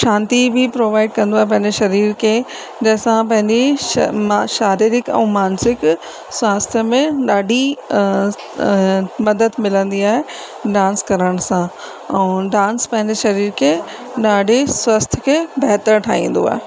शांती बि प्रोवाइड कंदो आहे पंहिंजे शरीर खे जंहिंसां पंहिंजी श शारीरिक ऐं मानसिक स्वास्थ्य में ॾाढी मदद मिलंदी आहे डांस करण सां ऐं डांस पंहिंजे शरीर खे ॾाढी स्वास्थ्य खे बहितरु ठाहींदो आहे